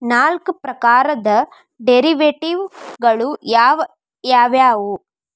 ನಾಲ್ಕ್ ಪ್ರಕಾರದ್ ಡೆರಿವೆಟಿವ್ ಗಳು ಯಾವ್ ಯಾವವ್ಯಾವು?